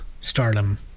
stardom